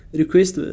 request